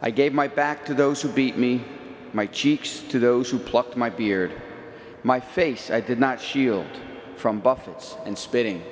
i gave my back to those who beat me my cheeks to those who plucked might be or to my face i did not shield from buffets and spitting